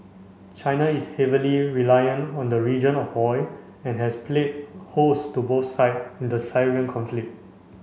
China is heavily reliant on the region of oil and has played host to both side in the conflict